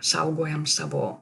saugojam savo